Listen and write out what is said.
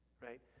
right